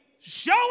Show